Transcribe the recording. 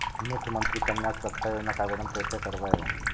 मुख्यमंत्री कन्या सुरक्षा योजना के आवेदन कैसे करबइ?